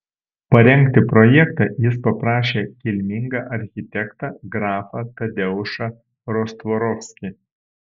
parengti projektą jis paprašė kilmingą architektą grafą tadeušą rostvorovskį